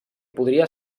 podria